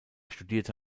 studierte